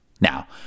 Now